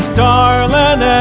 darling